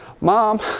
Mom